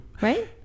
Right